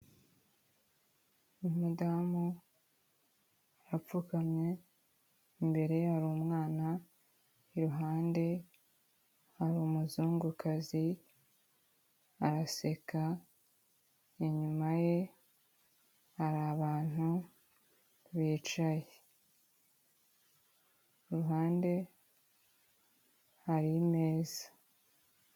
Umudamu apfukamye imbere ye hari umwana iruhande hari umuzungukazi araseka inyuma ye hari abantu bicaye iruhande hari imeza.